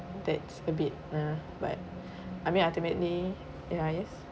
that's a bit mm but I mean ultimately ya yes